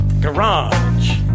garage